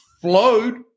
flowed